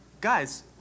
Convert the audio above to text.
Guys